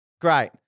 Great